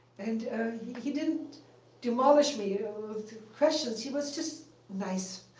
and he didn't demolish me with questions. he was just nice.